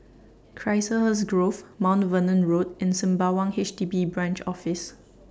Chiselhurst Grove Mount Vernon Road and Sembawang H D B Branch Office